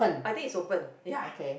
I think it's open ya